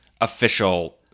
official